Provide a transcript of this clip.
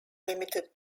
limited